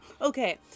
Okay